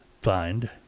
find